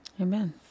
Amen